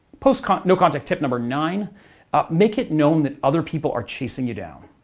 post no contact tip number nine make it known that other people are chasing you down.